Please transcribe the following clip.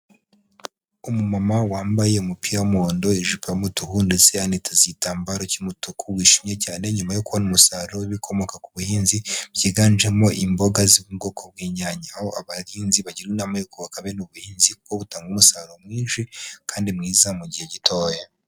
Umumama wambaye umupira w'umuhondo, ijipo y'umutuku ndetse yitaza igitambaro cy'umutuku, wishimye cyane nyuma yo kubona umusaruro w'ibikomoka ku buhinzi, byiganjemo imboga zo mu bwoko bw'inyanya. Aho abahinzi bagirwa inama yo kubaka bene ubuhinzi kuko butanga umusaruro mwinshi kandi mwiza mu gihe gitoya.